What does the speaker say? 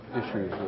issues